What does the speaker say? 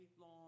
long